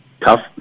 tough